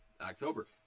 October